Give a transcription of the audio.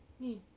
ni